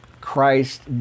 Christ